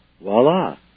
Voila